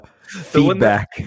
feedback